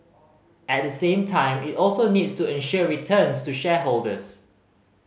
at the same time it also needs to ensure returns to shareholders